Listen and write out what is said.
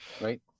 right